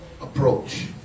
approach